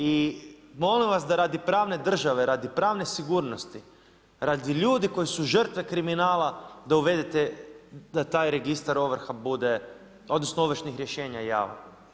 I molim vas da radi pravne države, radi pravne sigurnosti, radi ljudi koji su žrtve kriminala da uvedete da taj registar ovrha bude, odnosno ovršnih rješenja javan.